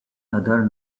other